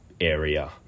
area